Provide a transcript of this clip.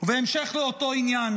ובהמשך לאותו עניין: